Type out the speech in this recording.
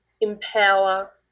Empower